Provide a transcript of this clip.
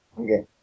Okay